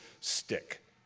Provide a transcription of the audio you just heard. stick